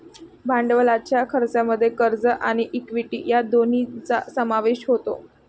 भांडवलाच्या खर्चामध्ये कर्ज आणि इक्विटी या दोन्हींचा समावेश होतो